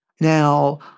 Now